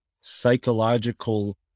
psychological